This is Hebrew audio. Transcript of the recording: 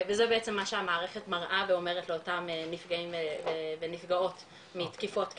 וזה בעצם מה שהמערכת מראה ואומרת לאותם נפגעים ונפגעות מתקיפות כאלה,